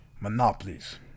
monopolies